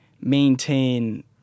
maintain